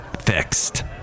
fixed